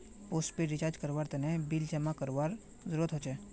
postpaid recharge करवार तने bill जमा करवार जरूरत हछेक